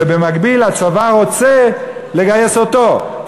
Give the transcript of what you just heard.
ובמקביל הצבא רוצה לגייס אותו,